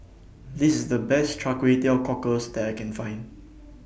This The Best Kway Teow Cockles that I Can Find